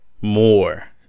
more